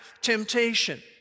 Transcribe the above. temptation